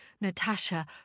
Natasha